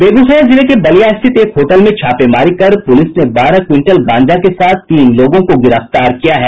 बेगूसराय जिले के बलिया स्थित एक होटल में छापेमारी कर पुलिस ने बारह क्विंटल गांजा के साथ तीन लोगों को गिरफ्तार किया है